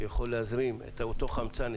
שיכולים להזרים את אותו חמצן,